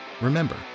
remember